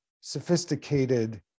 sophisticated